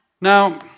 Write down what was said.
Now